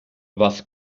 was